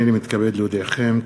הנני מתכבד להודיעכם,